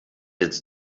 its